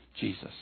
Jesus